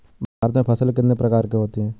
भारत में फसलें कितने प्रकार की होती हैं?